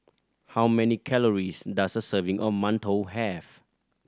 how many calories does a serving of mantou have